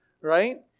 right